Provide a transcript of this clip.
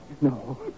No